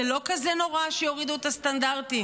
זה לא כזה נורא שיורידו את הסטנדרטים".